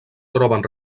troben